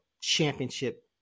championship